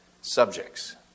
subjects